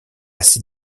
ses